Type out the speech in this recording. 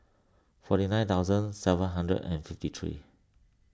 forty nine thousand seven hundred and fifty three